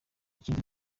ikindi